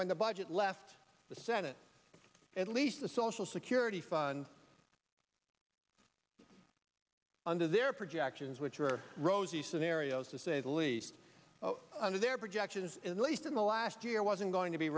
when the budget left the senate at least the social security funds under their projections which were rosy scenarios to say the least under their projections in the least in the last year wasn't going to be